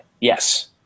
Yes